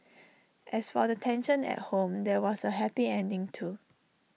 as for the tension at home there was A happy ending too